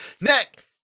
Nick